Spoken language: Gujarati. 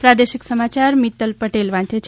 પ્રાદેશિક સમાચાર મિત્તલ પટેલ વાંચે છે